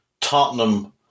Tottenham